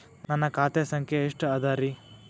ನನ್ನ ಖಾತೆ ಸಂಖ್ಯೆ ಎಷ್ಟ ಅದರಿ?